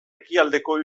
ekialdeko